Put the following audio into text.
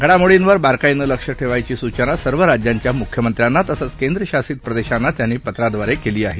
घडामोर्डीवर बारकाईनं लक्षं ठेवण्याची सूचना सर्व राज्यांच्या मुख्यमंत्र्यांना तसंच केंद्रशासित प्रदेशांना त्यांनी पत्राद्वारे केली आहे